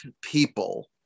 people